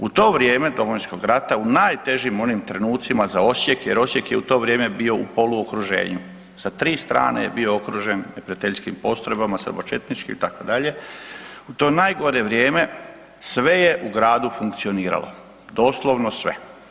U to vrijeme Domovinskog rata u najtežim onim trenucima za Osijek jer Osijek je u to vrijeme bio u poluokruženju, sa tri strane je bio okružen neprijateljskim postrojbama srbočetničkim itd., u to najgore vrijeme sve je u gradu funkcioniralo, doslovno sve.